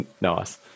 Nice